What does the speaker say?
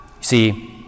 see